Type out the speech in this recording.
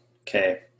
okay